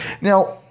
Now